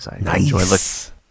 Nice